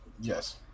Yes